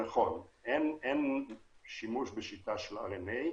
נכון, אין היום שימוש בשיטה של רנ"א.